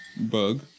bug